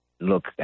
Look